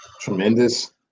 tremendous